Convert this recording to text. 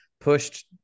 pushed